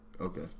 Okay